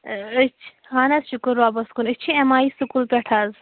أسۍ چھِ اہَن حظ شُکُر رۄبَس کُن أسۍ چھِ ایم آے سکوٗل پیٚٹھ حظ